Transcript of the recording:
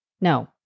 no